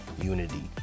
unity